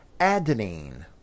adenine